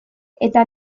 eta